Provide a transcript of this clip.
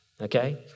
okay